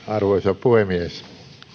arvoisa puhemies